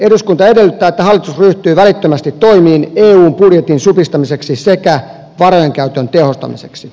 eduskunta edellyttää että hallitus ryhtyy välittömästi toimiin eun budjetin supistamiseksi sekä varojenkäytön tehostamiseksi